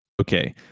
Okay